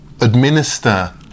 administer